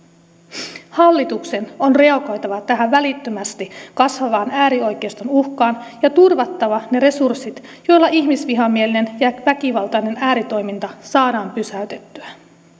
hallituksen on reagoitava tähän välittömästi kasvavaan äärioikeiston uhkaan ja turvattava ne resurssit joilla ihmisvihamielinen ja väkivaltainen ääritoiminta saadaan pysäytettyä